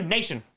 Nation